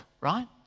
right